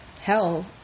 hell